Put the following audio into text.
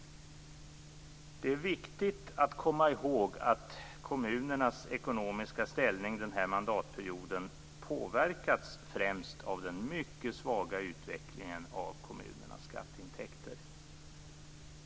Det är viktigt att komma ihåg att kommunernas ekonomiska ställning den här mandatperioden påverkats främst av den mycket svaga utvecklingen av kommunernas skatteintäkter.